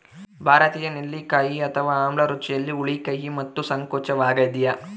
ಭಾರತೀಯ ನೆಲ್ಲಿಕಾಯಿ ಅಥವಾ ಆಮ್ಲ ರುಚಿಯಲ್ಲಿ ಹುಳಿ ಕಹಿ ಮತ್ತು ಸಂಕೋಚವಾಗ್ಯದ